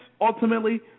ultimately